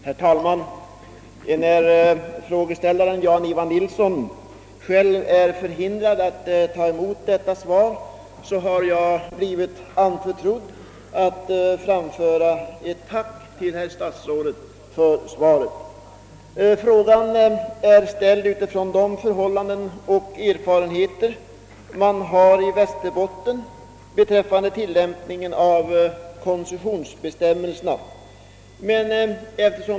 Herr talman! Enär frågeställaren Jan Ivan Nilsson i Tvärålund själv är förhindrad att ta emot detta svar, har jag blivit anförtrodd att framföra ett tack till herr statsrådet för svaret. Frågan har ställts på grund av förhållandena och erfarenheterna i Västerbotten beträffande tillämpningen av koncessionsbestämmelserna.